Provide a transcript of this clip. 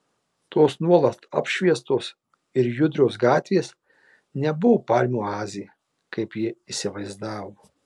tos nuolat apšviestos ir judrios gatvės nebuvo palmių oazė kaip ji įsivaizdavo